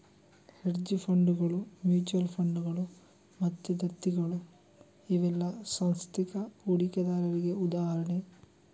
hedge ಫಂಡುಗಳು, mutual ಫಂಡುಗಳು ಮತ್ತೆ ದತ್ತಿಗಳು ಇವೆಲ್ಲ ಸಾಂಸ್ಥಿಕ ಹೂಡಿಕೆದಾರರಿಗೆ ಉದಾಹರಣೆ